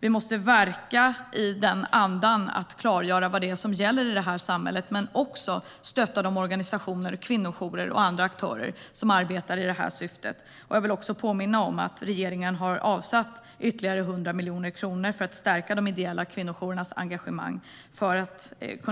Vi måste verka i den andan att klargöra vad som gäller i samhället och även stötta de organisationer, kvinnojourer och andra aktörer som arbetar med det syftet. Jag vill också påminna om att regeringen har avsatt ytterligare 100 miljoner kronor för att stärka de ideella kvinnojourernas engagemang